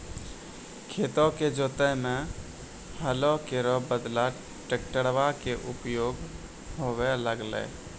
खेतो क जोतै म हलो केरो बदला ट्रेक्टरवा कॅ उपयोग होबे लगलै